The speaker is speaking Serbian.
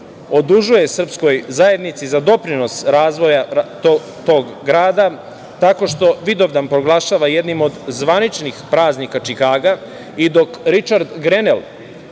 odužuje srpskoj zajednici za doprinos razvoja tog grada tako što Vidovdan proglašava jednim od zvaničnih praznika Čikaga i dok Ričar Grenel